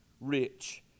rich